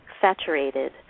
saturated